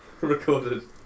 Recorded